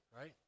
right